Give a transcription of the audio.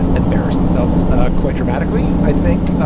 embarrass themselves quite dramatically, i think.